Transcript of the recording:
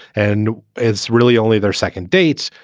and it's really only their second dates.